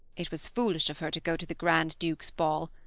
it was foolish of her to go to the grand duke's ball.